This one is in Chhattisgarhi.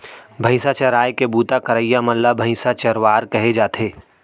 भईंसा चराए के बूता करइया मन ल भईंसा चरवार कहे जाथे